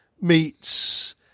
meets